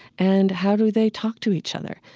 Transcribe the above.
and how do they talk to each other?